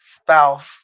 spouse